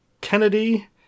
Kennedy